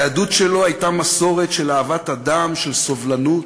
היהדות שלו הייתה מסורת של אהבת אדם, של סובלנות,